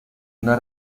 una